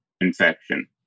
infection